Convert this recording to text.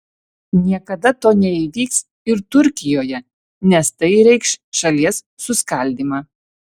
niekada to neįvyks ir turkijoje nes tai reikš šalies suskaldymą